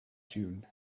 dune